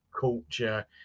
culture